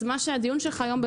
הדיון שלך היום,